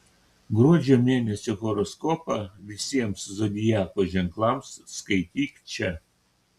gruodžio mėnesio horoskopą visiems zodiako ženklams skaityk čia